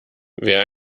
wer